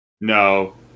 No